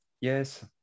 yes